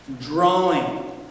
Drawing